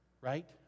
Right